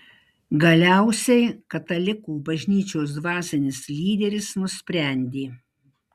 galiausiai katalikų bažnyčios dvasinis lyderis nusprendė